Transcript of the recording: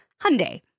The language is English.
Hyundai